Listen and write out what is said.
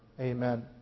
Amen